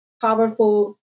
powerful